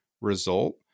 result